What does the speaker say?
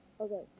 Okay